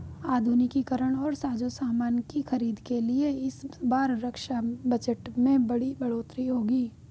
आधुनिकीकरण और साजोसामान की खरीद के लिए इस बार रक्षा बजट में बड़ी बढ़ोतरी होगी